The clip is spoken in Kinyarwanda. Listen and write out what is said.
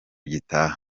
gitaha